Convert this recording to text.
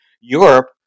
Europe